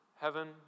heaven